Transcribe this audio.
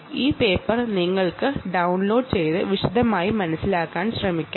ഈ പേപ്പർ നിങ്ങൾ ഡൌൺലോഡ് ചെയ്ത് വിശദമായി മനസ്സിലാക്കാൻ ശ്രമിക്കണം